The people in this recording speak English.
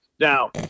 Now